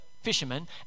fishermen